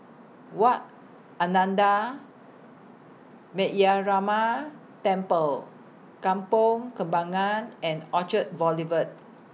Wat Ananda Metyarama Temple Kampong Kembangan and Orchard Boulevard